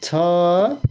छ